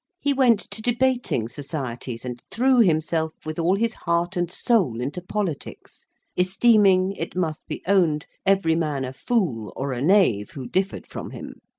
he went to debating societies, and threw himself with all his heart and soul into politics esteeming, it must be owned, every man a fool or a knave who differed from him,